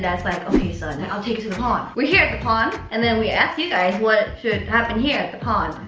like, okay, son. i'll take you to the pond. we're here at the pond and then we asked you guys what should happen here at the pond.